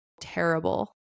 terrible